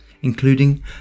including